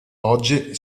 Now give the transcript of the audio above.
oggi